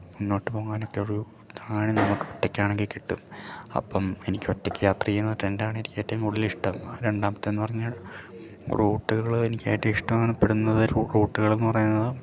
മുന്നോട്ട് പോകാനെക്കെ ഒരു ത്രാണി നമുക്ക് ഒറ്റയ്ക്കാണെങ്കിൽ കിട്ടും അപ്പം എനിക്ക് ഒറ്റയ്ക്ക് യാത്ര ചെയ്യുന്ന ട്രെന്ഡ് ആണ് എനിക്ക് ഏറ്റവും കൂടുതലിഷ്ടം രണ്ടാമത്തത് എന്ന് പറഞ്ഞാൽ റൂട്ട്കള് എനിക്കേറ്റവും ഇഷ്ടം അങ്ങനെ പെടുന്നത് റൂട്ടുകളെന്ന് പറയുന്നത്